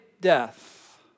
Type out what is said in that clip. death